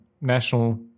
national